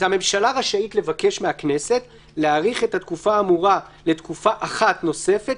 "הממשלה רשאית לבקש מהכנסת להאריך את התקופה האמורה לתקופה אחת נוספת,